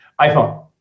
iPhone